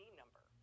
number